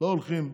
לא הולכים,